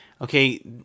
Okay